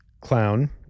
clown